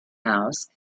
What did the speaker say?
house